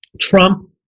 Trump